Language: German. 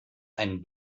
einen